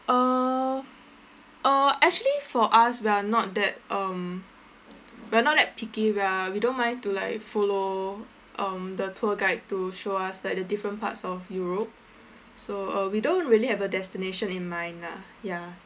uh uh actually for us we are not that um we are not that picky we're we don't mind to like follow um the tour guide to show us like the different parts of europe so uh we don't really have a destination in mind lah ya